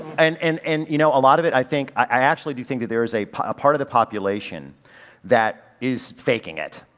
and, and, and you know a lot of it i think i actually do think that there is a part of the population that is faking it.